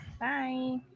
Bye